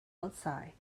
outside